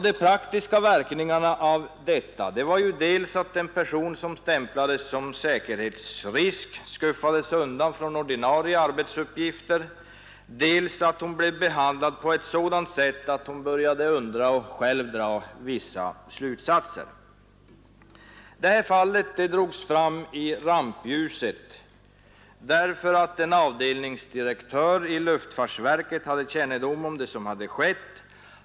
De praktiska verkningarna av detta var ju dels att en person som stämplats som säkerhetsrisk skuffades undan från ordinarie arbetsuppgifter, dels att hon blev behandlad på ett sådant sätt att hon började undra och själv dra vissa slutsatser. Fallet drogs fram i rampljuset därför att en avdelningsdirektör i luftfartsverket hade kännedom om det som skett.